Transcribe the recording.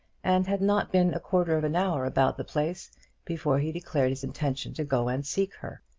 and had not been a quarter of an hour about the place before he declared his intention to go and seek her.